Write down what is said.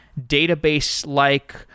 database-like